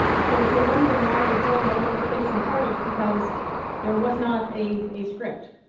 so if you're wondering why it was going all over the place, in part it's because there was not a a script,